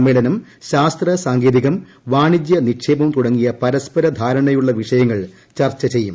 സമ്മേളനം ശാസ്ത്ര സാങ്കേതികം വാണിജ്യ നിക്ഷേപം തുടങ്ങിയ പരസ്പര ധാരണയുള്ള വിഷയങ്ങൾ ചർച്ച ചെയ്യും